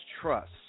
trust